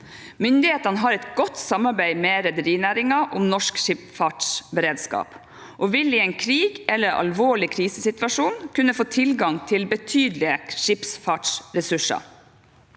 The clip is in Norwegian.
Myndighetene har et godt samarbeid med rederinæringen om norsk skipsfartsberedskap og vil i en krig eller alvorlig krisesituasjon kunne få tilgang til betydelige skipsfartsressurser.